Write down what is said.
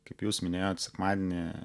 kaip jūs minėjot sekmadienį